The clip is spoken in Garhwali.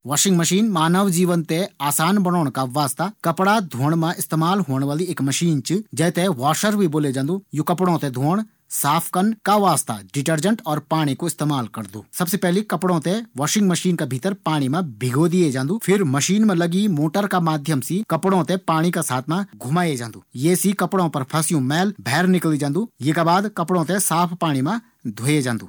वॉशिंग मशीन मानव जीवन थें आसान बणोण का वास्ता कपड़ा धोण वाळी मशीन च। जै थें वॉशर भी बोले जांदू। यू कपड़ों थें धोण, साफ करना का वास्ता पाणी और डिटर्जेंट कू इस्तेमाल करदु। सबसे पैली वॉशिंग मशीन मा कपड़ों थें पाणी मा भिगो दिए जांदू। फिर मशीन मा लगी मोटर का माध्यम से कपड़ों थें पाणी मा घुमाये जांदू। यी से कपड़ों कू मैल निकल जांदू। येका बाद कपड़ों थें साफ पाणी मा धोये जांदू।